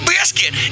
Biscuit